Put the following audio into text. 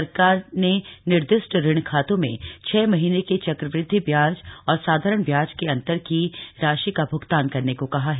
सरकार ने निर्दिष्ट ऋण खातों में छह महीने के चक्रवृद्धि ब्याज और साधारण ब्याज के अंतर की राशि का भ्गतान करने को कहा है